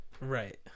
Right